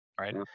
right